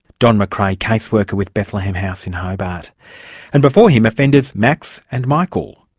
don mccrae, caseworker with bethlehem house in hobart and before him offenders max and michael.